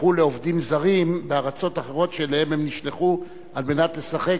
הפכו לעובדים זרים בארצות אחרות שאליהן הם נשלחו על מנת לשחק,